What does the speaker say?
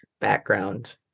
background